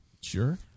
sure